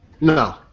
No